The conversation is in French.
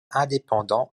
indépendant